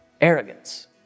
arrogance